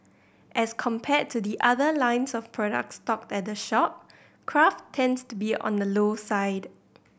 as compared to the other lines of products stocked at the shop craft tends to be on the low side